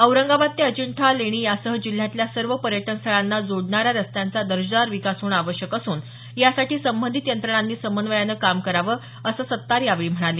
औरंगाबाद ते अजिंठा लेणी यासह जिल्ह्यातल्या सर्व पर्यटनस्थळांना जोडणाऱ्या रस्त्यांचा दर्जेदार विकास होणं आवश्यक असून यासाठी संबंधित यंत्रणांनी समन्वयानं काम करावं असं सत्तार यावेळी म्हणाले